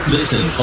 Listen